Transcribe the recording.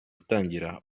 gutangira